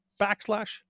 backslash